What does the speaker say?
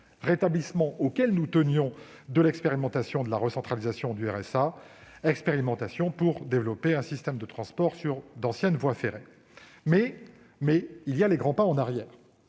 rétablissement, auquel nous tenions, de l'expérimentation de la recentralisation du RSA ; expérimentation pour développer un système de transport sur d'anciennes voies ferrées. De grands pas en arrière